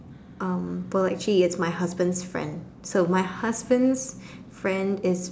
um well actually it's my husband's friend so my husband's friend is